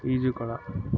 ಈಜುಕೊಳ